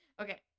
Okay